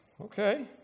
okay